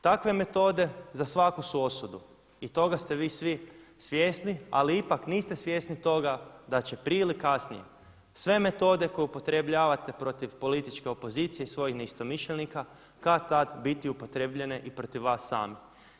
Takve metode za svaku su osudu i toga ste vi svi svjesni, ali ipak niste svjesni toga da će prije ili kasnije sve metode koje upotrebljavate protiv političke opozicije i svojih neistomišljenika kad-tad biti upotrijebljene i protiv vas samih.